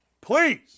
Please